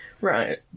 Right